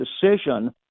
decision